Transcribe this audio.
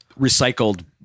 recycled